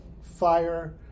fire